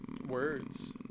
words